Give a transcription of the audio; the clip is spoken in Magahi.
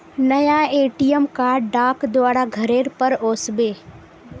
नया ए.टी.एम कार्ड डाक द्वारा घरेर पर ओस बे